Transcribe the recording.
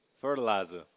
fertilizer